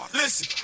listen